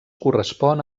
correspon